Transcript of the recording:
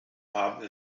haben